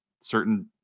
certain